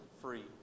free